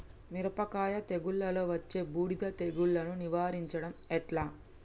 మిరపకాయ తెగుళ్లలో వచ్చే బూడిది తెగుళ్లను నివారించడం ఎట్లా?